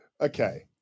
Okay